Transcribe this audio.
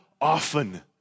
often